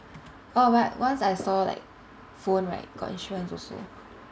orh but once I saw like phone right got insurance also